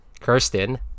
kirsten